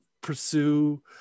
pursue